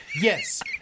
Yes